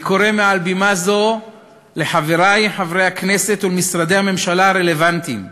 אני קורא מעל בימה זו לחברי חברי הכנסת ולמשרדי הממשלה הרלוונטיים: